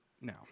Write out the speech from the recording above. Now